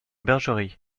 bergerie